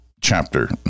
chapter